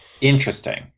Interesting